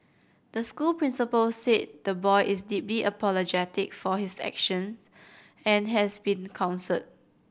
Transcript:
the school principal said the boy is deeply apologetic for his action and has been counselled